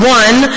one